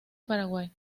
paraguay